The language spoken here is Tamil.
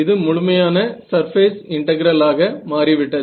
இது முழுமையான சர்பேஸ் இன்டெகிரல் ஆக மாறிவிட்டது